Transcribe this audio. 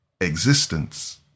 existence